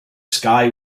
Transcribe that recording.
sky